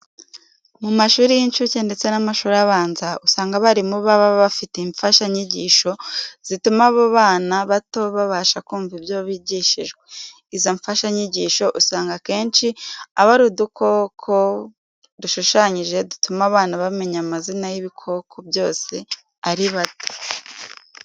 Mu mashuri y'inshuke ndetse n'amashuri abanza, usanga abarimu baba bafite imfashanyigisho zituma abo bana bato babasha kumva ibyo bigishijwe. Izo mfashanyigisho usanga akenshi aba ari udukoko dushushanyije dutuma abana bamenya amazina y'ibikoko byose ari bato.